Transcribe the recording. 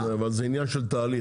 כן, אבל זה עניין של תהליך.